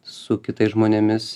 su kitais žmonėmis